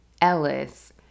Ellis